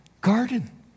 garden